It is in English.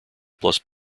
plus